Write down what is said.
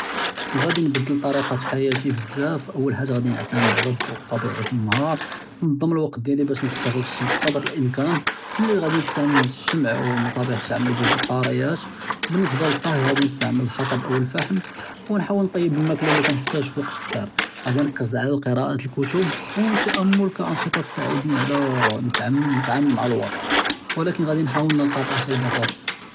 פין ראדי נבדל אלטאריקה דחאיתי בזאף, אול חאג׳ה רע נעתמד עלא אלדוא אלטביעי פנהאר, נד׳ם אלוקת דיאלי באש נסתע׳ל אלשמס קד׳ר אלאמקאן, פאלליל ראדי נסתעמל אלשמע ומצאבח תעמל בלבטאריאת, בניסבה לטהי ראדי נסתעמל אלחטב אאו אלפח׳ם, ראדי נרכּז עלא קריאת ואלכתאב, ואנשט׳ה תסעדני עלא נתעמל מע אלווד׳ע ולאכן ראדי נחאול נלקא אלראחה ואלבסאטה.